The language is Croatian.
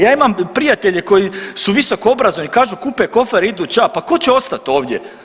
Ja imamo prijatelje koji su visokoobrazovani, kažu kupe kofer, idu ča, pa tko će ostati ovdje?